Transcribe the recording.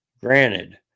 Granted